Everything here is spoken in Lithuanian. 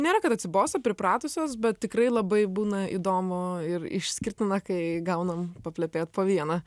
nėra kad atsibosta pripratusios bet tikrai labai būna įdomu ir išskirtina kai gaunam paplepėt po vieną